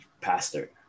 pastor